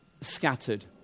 scattered